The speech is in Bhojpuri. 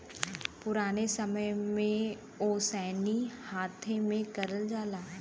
पुराने समय में ओसैनी हाथे से करल जाला